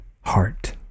heart